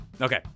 Okay